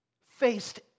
faced